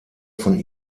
von